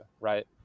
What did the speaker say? right